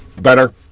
Better